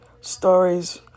stories